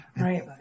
Right